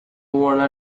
wanna